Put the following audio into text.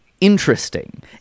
interesting